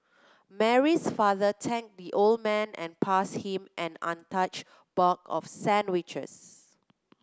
Mary's father thanked the old man and passed him an untouched box of sandwiches